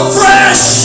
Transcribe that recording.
fresh